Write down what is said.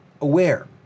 aware